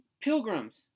pilgrims